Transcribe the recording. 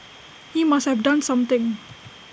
he must have done something